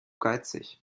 geizig